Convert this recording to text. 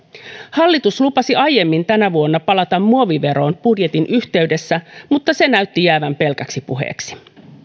hallitus lupasi aiemmin tänä vuonna palata muoviveroon budjetin yhteydessä mutta se näytti jäävän pelkäksi puheeksi